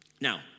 Now